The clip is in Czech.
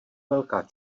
velká